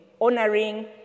honoring